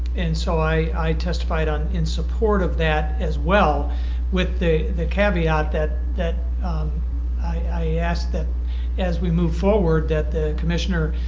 and so i testified on in support of that as well with the the caveat that that i asked that as we move forward that the commissioner,